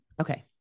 Okay